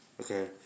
Okay